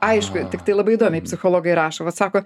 aišku tiktai labai įdomiai psichologai rašo vat sako